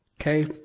Okay